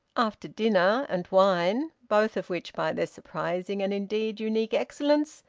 after dinner, and wine, both of which, by their surprising and indeed unique excellence,